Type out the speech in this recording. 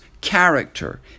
character